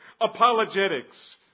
apologetics